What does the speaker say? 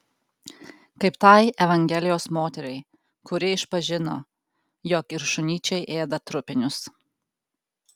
kaip tai evangelijos moteriai kuri išpažino jog ir šunyčiai ėda trupinius